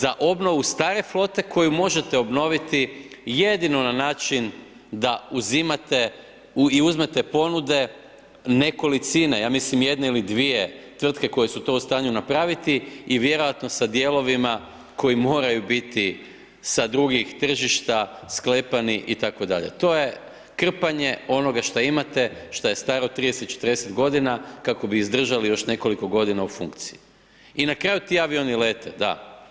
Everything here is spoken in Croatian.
Za obnovu stare flote koju možete obnoviti jedino na način da uzimate i uzmete ponude nekolicine, ja mislim jedne ili dvije tvrtke koje su to u stanju napraviti i vjerojatno sa dijelovima koji moraju biti sa drugih tržišta sklepani itd., to je krpanje onoga šta imate, šta je staro 30-40 godina kako bi izdržali još nekoliko godina u funkciji i na kraju, ti avioni lete, da.